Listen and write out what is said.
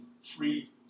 free